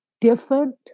different